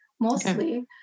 mostly